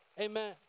Amen